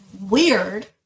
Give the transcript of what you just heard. Weird